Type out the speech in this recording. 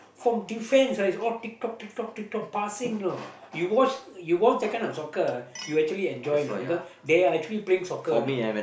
from defense ah it's all tick tock tick tock tick tock passing know you watch you watch that kind of soccer ah you actually enjoy you know because they are actually playing soccer know